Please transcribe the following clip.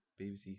BBC